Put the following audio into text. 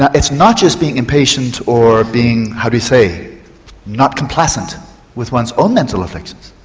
ah it's not just being impatient or being how do you say not complacent with one's own mental afflictions,